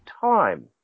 time